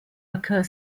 occur